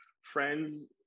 friends